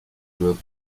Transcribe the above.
group